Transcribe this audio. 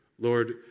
Lord